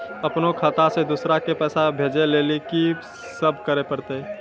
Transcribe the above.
अपनो खाता से दूसरा के पैसा भेजै लेली की सब करे परतै?